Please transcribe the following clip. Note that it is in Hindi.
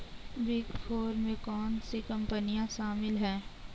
बिग फोर में कौन सी कंपनियाँ शामिल हैं?